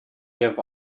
give